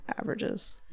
averages